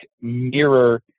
mirror